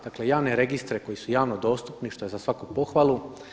Dakle, javne registre koji su javno dostupni što je za svaku pohvalu.